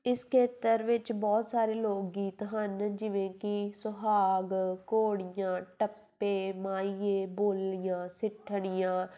ਇਸ ਖੇਤਰ ਵਿੱਚ ਬਹੁਤ ਸਾਰੇ ਲੋਕ ਗੀਤ ਹਨ ਜਿਵੇਂ ਕਿ ਸੁਹਾਗ ਘੋੜੀਆਂ ਟੱਪੇ ਮਾਹੀਏ ਬੋਲੀਆਂ ਸਿੱਠਣੀਆਂ